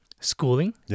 schooling